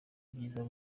byiza